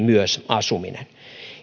myös asuminen